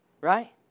right